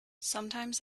sometimes